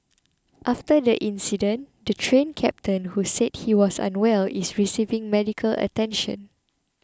after the incident the Train Captain who said he was unwell is receiving medical attention